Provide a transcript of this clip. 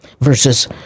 Versus